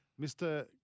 Mr